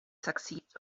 succeeds